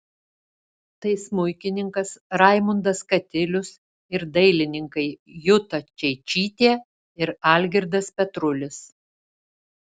tai smuikininkas raimundas katilius ir dailininkai juta čeičytė ir algirdas petrulis